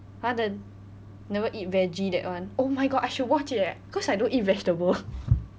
!huh! the never eat veggie that one oh my god I should watch it eh cause I don't eat vegetable